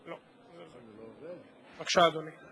בבקשה, אדוני.